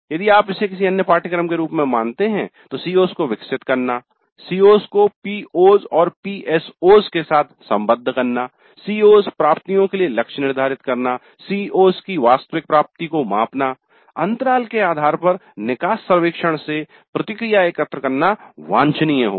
यदि आप इसे किसी अन्य पाठ्यक्रम के रूप में मानते हैं तो CO's को विकसित करना CO's को PO's और PSO's के साथ सम्बद्ध करना CO's प्राप्तियों के लिए लक्ष्य निर्धारित करना CO's की वास्तविक प्राप्ति को मापना अंतराल के आधार पर निकास सर्वेक्षण से प्रतिक्रिया एकत्र करना वांछनीय होगा